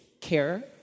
care